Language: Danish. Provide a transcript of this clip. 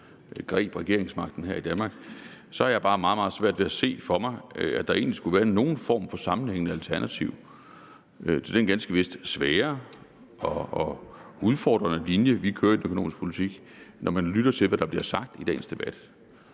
greb regeringsmagten i Danmark, ville jeg have meget, meget svært ved at se for mig, at der egentlig skulle være nogen form for sammenhængende alternativ til den ganske vist svære og udfordrende linje, vi kører i den økonomiske politik, når man lytter til, hvad der bliver sagt i dagens debat.